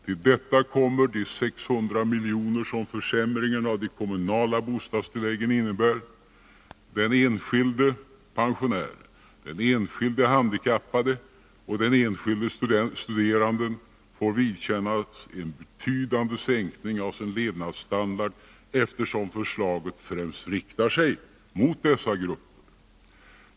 Till detta kommer de 600 miljoner som försämringen av de kommunala bostadstilläggen innebär. Den enskilde pensionären, den enskilde handikappade och den enskilde studeranden, får vidkännas en betydande sänkning av sin levnadsstandard, eftersom förslaget främst riktar sig mot dessa grupper.